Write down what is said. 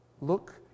look